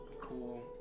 cool